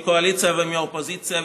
מהקואליציה ומהאופוזיציה.